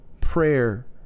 prayer